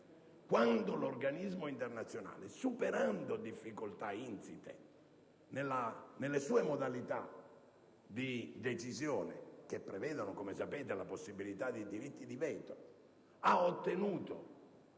Quando l'organismo internazionale, superando difficoltà insite nelle sue modalità di decisione, che prevedono come sapete la possibilità del diritto di veto, ha ottenuto